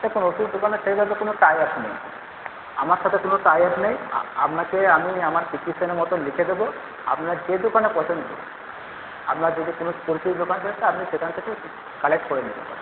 দেখুন ওষুধ দোকানে সেইভাবে কোন টাই আপ নেই আমার সাথে কোন টাই আপ নেই আপনাকে আমি আমার চিকিৎসা মতো লিখে দেবো আপনার যে দোকানে পছন্দ আপনার যদি কোনো পরিচিত দোকান থাকে আপনি সেখান থেকেও কালেক্ট করে নিতে পারেন